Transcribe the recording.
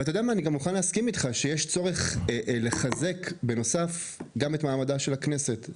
אני מסכים איתך שיש צורך לחזק גם את מעמדה של הכנסת.